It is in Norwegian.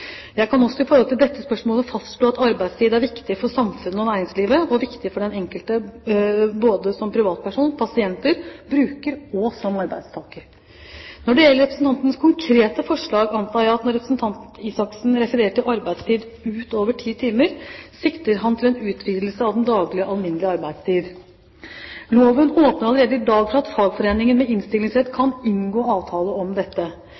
Jeg kan også i forhold til dette spørsmålet fastslå at arbeidstid er viktig for samfunnet og næringslivet og viktig for den enkelte både som privatperson, pasient/bruker og som arbeidstaker. Når det gjelder representantens konkrete forslag, antar jeg at når representanten Røe Isaksen refererer til arbeidstid «utover 10 timer», sikter han til en utvidelse av den daglige alminnelige arbeidstid. Loven åpner allerede i dag for at fagforeninger med innstillingsrett kan inngå avtale om dette.